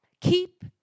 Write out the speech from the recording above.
Keep